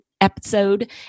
episode